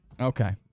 Okay